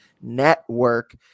Network